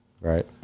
right